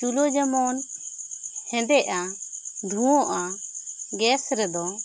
ᱪᱩᱞᱟᱹ ᱡᱮᱢᱚᱱ ᱦᱮᱸᱫᱮᱜᱼᱟ ᱫᱷᱩᱣᱟᱹᱜᱼᱟ ᱜᱮᱥ ᱨᱮᱫᱚ